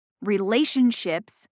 relationships